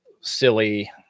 silly